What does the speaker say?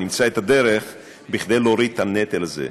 נמצא את הדרך להוריד את הנטל הזה.